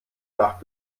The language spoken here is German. nach